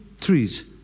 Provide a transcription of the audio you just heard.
trees